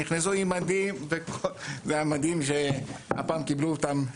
נכנסנו עם מדים והמדים שהפעם קיבלו אותם,